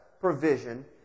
provision